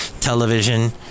Television